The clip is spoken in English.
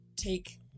take